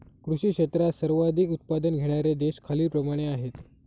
कृषी क्षेत्रात सर्वाधिक उत्पादन घेणारे देश खालीलप्रमाणे आहेत